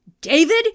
David